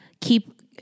keep